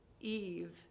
Eve